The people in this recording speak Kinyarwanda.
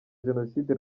jenoside